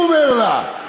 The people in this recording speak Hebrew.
הוא אומר לה,